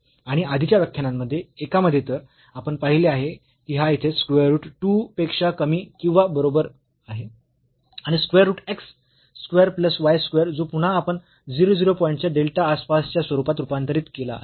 आणि आधीच्या व्याख्यानांपैकी एकामध्ये तर आपण पाहिले आहे की हा येथे स्क्वेअर रूट 2 पेक्षा कमी किंवा बरोबर आहे आणि square root x square plus y square जो पुन्हा आपण 0 0 पॉईंट च्या डेल्टा आसपासच्या स्वरूपात रूपांतरित केला आहे